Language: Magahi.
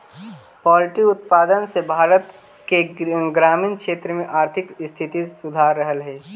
पोल्ट्री उत्पाद से भारत के ग्रामीण क्षेत्र में आर्थिक स्थिति सुधर रहलई हे